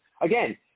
again